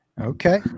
Okay